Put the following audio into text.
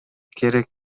керек